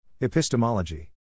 Epistemology